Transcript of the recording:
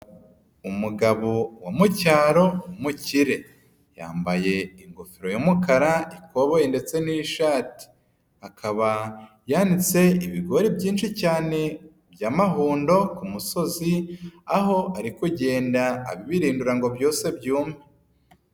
Umugabo wa mucyaro w'umukire, yambaye ingofero y'umukara, ikobo ndetse n'ishati, akaba yanitse ibigori byinshi cyane by'amahundo ku musozi, aho ari kugenda abibirindura ngo byose byume.